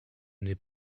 n’est